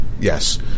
Yes